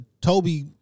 Toby